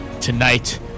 Tonight